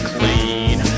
Clean